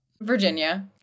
Virginia